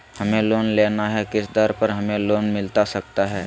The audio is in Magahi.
हमें लोन लेना है किस दर पर हमें लोन मिलता सकता है?